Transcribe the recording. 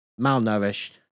malnourished